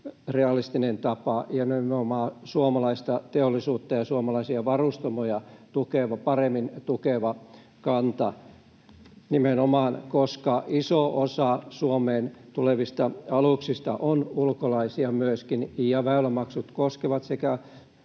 realistinen tapa ja nimenomaan suomalaista teollisuutta ja suomalaisia varustamoja paremmin tukeva kanta, koska iso osa Suomeen tulevista aluksista on ulkolaisia ja väylämaksut koskevat sekä